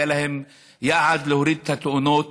היה להם יעד להוריד את התאונות